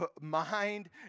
mind